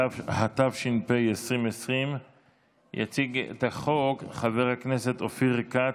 התש"ף 2020. יציג את החוק חבר הכנסת אופיר כץ,